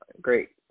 great